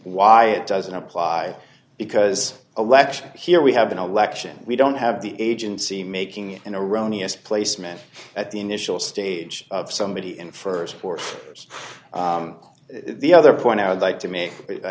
why it doesn't apply because election here we have an election we don't have the agency making it in a roni as placement at the initial stage of somebody in for four years the other point i would like to make i